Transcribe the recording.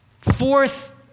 Fourth